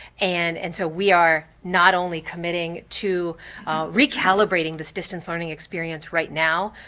and and so we are not only committing to recalibrating this distance learning experience right now,